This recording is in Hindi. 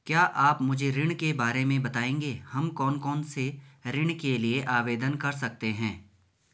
क्या आप मुझे ऋण के बारे में बताएँगे हम कौन कौनसे ऋण के लिए आवेदन कर सकते हैं?